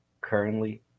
currently